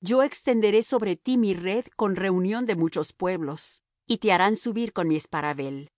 yo extenderé sobre ti mi red con reunión de muchos pueblos y te harán subir con mi esparavel